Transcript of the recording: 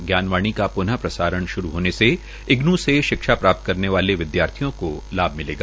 जानवाणी का प्न प्रसारण श्रू होने से इग्नू से शिक्षा प्राप्त करने वाले विद्यार्थियों को लाभ मिलेगा